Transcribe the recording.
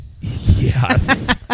Yes